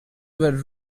were